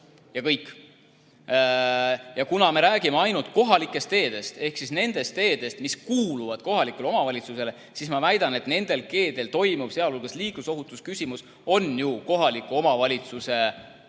Kuna me räägime ainult kohalikest teedest ehk nendest teedest, mis kuuluvad kohalikule omavalitsusele, siis ma väidan, et nendel teedel toimuv, sealhulgas liiklusohutus, on ju kohaliku omavalitsuse murekoht,